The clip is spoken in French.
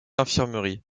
infirmerie